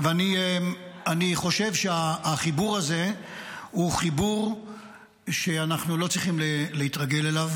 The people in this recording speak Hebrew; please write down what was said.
אני חושב שהחיבור הזה הוא חיבור שאנחנו לא צריכים להתרגל אליו.